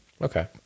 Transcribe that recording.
okay